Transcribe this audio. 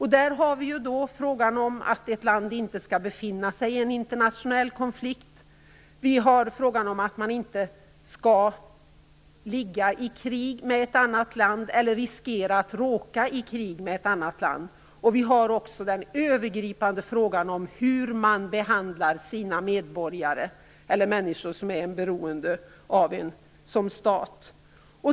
I detta ingår frågan om att ett land inte skall befinna sig i en internationell konflikt, frågan om att man inte skall vara i krig eller riskera att hamna i krig med ett annat land och den övergripande frågan om hur man behandlar sina medborgare eller de människor som är beroende av en som stat.